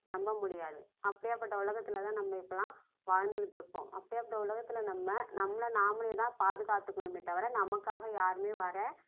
நம்ம முடியாது அப்படியாப்பட்ட உலகத்துலதான் நம்ம இப்பெல்லாம் வாழ்ந்துகிட்ருக்கோம் அப்படியாப்பட்ட உலகத்தில் நம்ம நம்மளை நாமளேதான் பாதுகாத்துக்கணுமே தவிர நமக்காக யாருமே வர